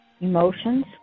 emotions